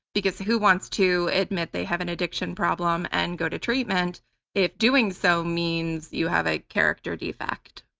because who wants to admit they have an addiction problem and go to treatment if doing so means you have a character defect?